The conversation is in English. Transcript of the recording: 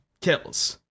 kills